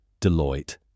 Deloitte